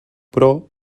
però